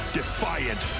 defiant